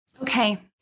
Okay